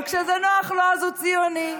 וכשזה נוח לו אז הוא ציוני.